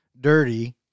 dirty